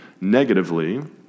negatively